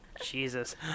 jesus